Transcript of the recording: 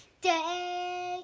Day